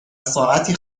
ساعتی